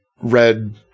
red